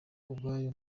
ubwawo